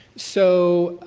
so,